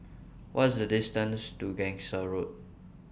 What IS The distances to Gangsa Road